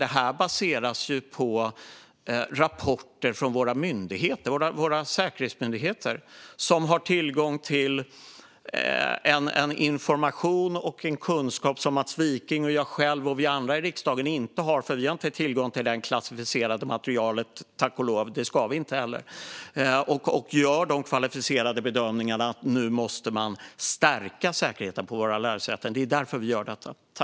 Detta baseras på rapporter från våra säkerhetsmyndigheter, som har tillgång till information och kunskap som Mats Wiking, jag själv och andra i riksdagen inte har, för vi har inte tillgång till detta klassificerade material, tack och lov; det ska vi inte heller ha. Dessa myndigheter gör den kvalificerade bedömningen att man nu måste stärka säkerheten på våra lärosäten. Det är därför vi gör detta.